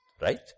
Right